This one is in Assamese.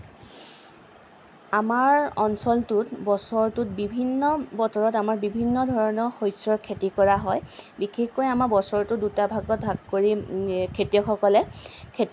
আমাৰ অঞ্চলটোত বছৰটোত বিভিন্ন বতৰত আমাৰ বিভিন্ন ধৰণৰ শস্যৰ খেতি কৰা হয় বিশেষকৈ আমাৰ বছৰটো দুটা ভাগত ভাগ কৰি খেতিয়কসকলে